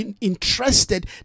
interested